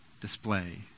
display